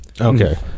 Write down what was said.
okay